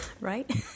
Right